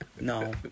no